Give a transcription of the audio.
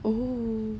oo